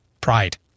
Pride